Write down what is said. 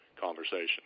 conversation